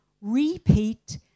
repeat